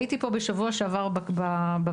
הייתי פה בשבוע שעבר בוועדה,